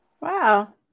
wow